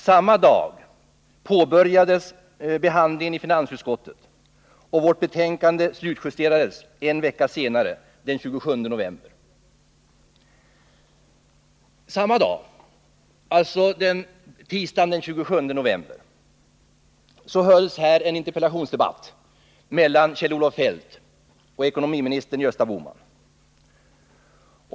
Samma dag påbörjades behandlingen i finansutskottet, och vårt betänkande slutjusterades en vecka senare, den 27 november. Samma dag, alltså tisdagen den 27 november, hölls här en interpellationsdebatt mellan Kjell-Olof Feldt och ekonomiminister Gösta Bohman.